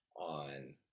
on